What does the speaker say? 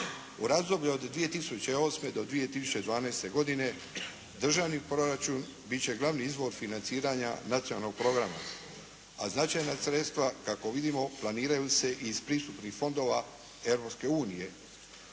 U razdoblju od 2008. do 2012. godine državni proračun bit će glavni izvor financiranja nacionalnog programa. A značajna sredstva kako vidimo planiraju se iz pristupnih fondova Europske unije.